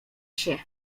się